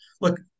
Look